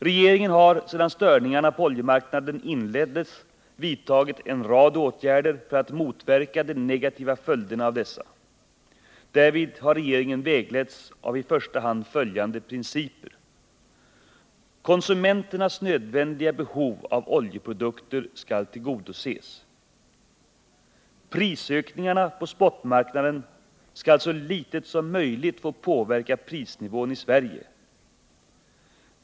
Regeringen har sedan störningarna på oljemarknaden inleddes vidtagit en rad åtgärder för att motverka de negativa följderna av dessa. Därvid har regeringen vägletts av i första hand följande principer. Konsumenternas nödvändiga behov av oljeprodukter skall tillgodoses. Prisökningarna på spotmarknaden skall så litet som möjligt få påverka prisnivån i Sverige.